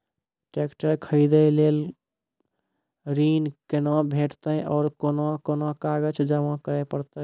Tractor खरीदै लेल ऋण कुना भेंटते और कुन कुन कागजात जमा करै परतै?